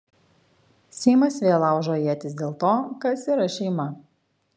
seimas vėl laužo ietis dėl to kas yra šeima